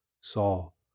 Saul